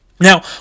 Now